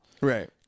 Right